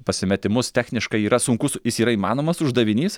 pasimetimus techniškai yra sunkus jis yra įmanomas uždavinys